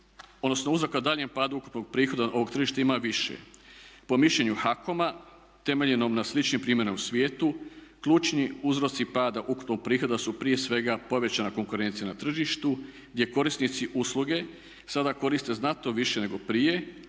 odnosno uzrok ka daljnjem padu ukupnog prihoda ovog tržišta ima više. Po mišljenju HAKOM-a temeljenom na sličnim primjerom u svijetu ključni uzroci pada ukupnog prihoda su prije svega povećana konkurencija na tržištu gdje korisnici usluge sada koriste znatno više nego prije,